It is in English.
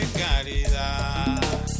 caridad